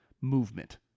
movement